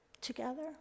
together